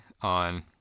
on